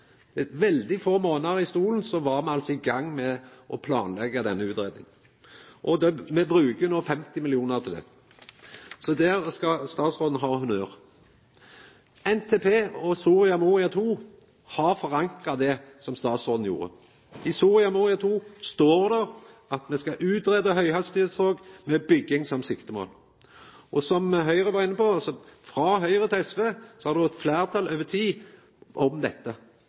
Etter veldig få månader i stolen var me altså i gang med å planleggja denne utgreiinga. Me bruker no 50 mill. kr til det. Så der skal statsråden ha honnør. NTP og Soria Moria II har forankra det som statsråden gjorde. I Soria Moria II står det at me skal greia ut høghastigheitstog med bygging som siktemål. Som Høgre var inne på: Frå Høgre til SV har det vore eit fleirtal over tid om dette.